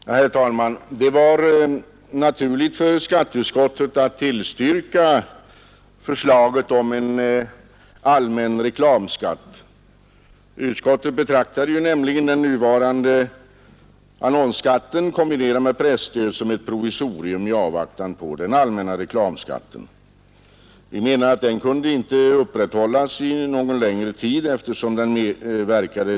Nr 85 Herr talman! Det var naturligt för skatteutskottet att tillstyrka Z sl SN Onsdagen den förslaget om en allmän reklamskatt. Utskottet betraktar nämligen den 24 maj 1972 nuvarande annonsskatten kombinerad med presstöd som ett provisorium == i avvaktan på den allmänna reklamskatten. Vi menar i utskottet att denna Skatt på reklam, inte kunde upprätthållas någon längre tid, eftersom den verkade 1.